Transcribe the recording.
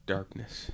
Darkness